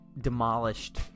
demolished